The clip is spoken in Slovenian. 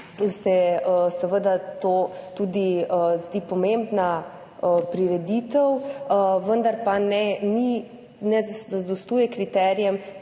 se to tudi zdi pomembna prireditev, vendar pa ne zadostuje kriterijem,